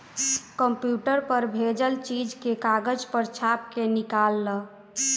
computer पर भेजल चीज के कागज पर छाप के निकाल ल